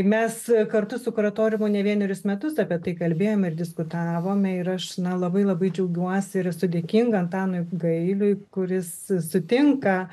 mes kartu su kuratoriumu ne vienerius metus apie tai kalbėjome ir diskutavome ir aš na labai labai džiaugiuosi ir esu dėkinga antanui gailiui kuris s sutinka